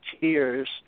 tears